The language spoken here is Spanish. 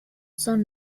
son